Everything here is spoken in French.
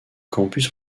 campus